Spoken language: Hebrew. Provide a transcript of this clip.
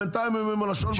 ובינתיים הם עם הלשון בחוץ.